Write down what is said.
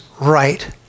right